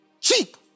cheap